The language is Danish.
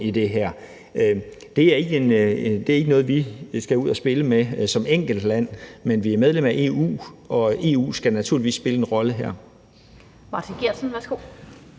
Det er ikke noget, vi skal spille ud med som enkeltland, men vi er medlem af EU, og EU skal naturligvis spille en rolle her. Kl. 16:48 Den fg.